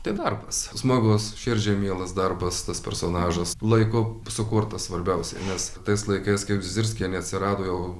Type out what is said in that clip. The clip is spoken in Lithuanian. tai darbas smagus širdžiai mielas darbas tas personažas laiku sukurtas svarbiausiai nes tais laikais kaip zizirskienė atsirado jau